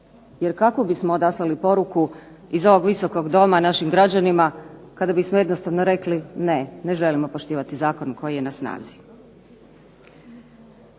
Jer kako bismo odaslali poruku iz ovog visokog doma našim građanima kada bismo jednostavno rekli ne, ne želimo poštivati zakon koji je na snazi.